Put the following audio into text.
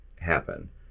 happen